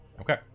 Okay